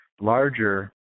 larger